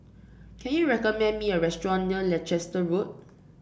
can you recommend me a restaurant near Leicester Road